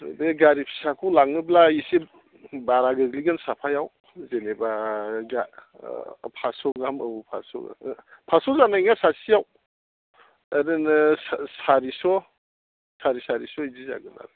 बे गारि फिसाखौ लाङोब्ला इसे बारा गोग्लैगोन साफायाव जेनेबा फास्स' गाहाम औ फास्स' फास्स' जानाय नङा सासेयाव ओरैनो सारिस' साराय सारिस' बिदि जागोन आरो